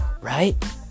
Right